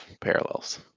parallels